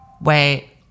Wait